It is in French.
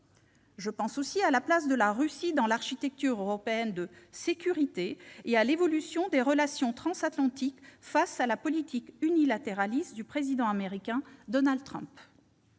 considérer la place de la Russie dans l'architecture européenne de sécurité et l'évolution des relations transatlantiques face à la politique unilatéraliste du président américain Donald Trump.